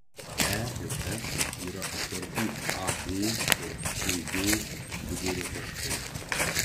e ir f yra atkarpų ab ir cd vidurio taškai